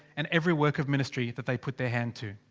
and every work of ministry that they put their hand to.